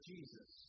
Jesus